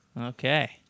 Okay